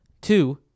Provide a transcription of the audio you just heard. Two